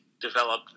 developed